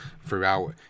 throughout